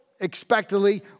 expectedly